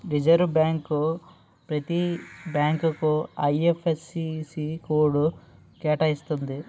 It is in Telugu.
రిజర్వ్ బ్యాంక్ ప్రతి బ్యాంకుకు ఐ.ఎఫ్.ఎస్.సి కోడ్ కేటాయిస్తుంది